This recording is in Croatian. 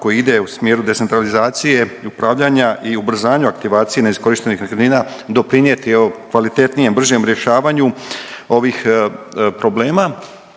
koji ide u smjeru decentralizacije i upravljanja i ubrzanju aktivacije neiskorištenih nekretnina, doprinijeti kvalitetnijem, bržem rješavanju ovih problema.